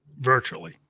virtually